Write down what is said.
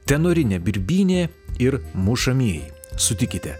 tenorinė birbynė ir mušamieji sutikite